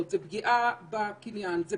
זאת אומרת להיכנס לתוקף ב-22 או